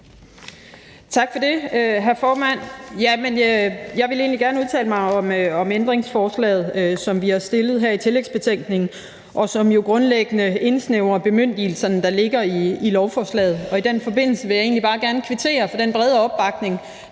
Tak for det, hr. formand. Jeg vil egentlig gerne udtale mig om ændringsforslaget, som vi har stillet i tillægsbetænkningen, og som jo grundlæggende indsnævrer bemyndigelserne, der ligger i lovforslaget. I den forbindelse vil jeg egentlig bare kvittere for den brede opbakning,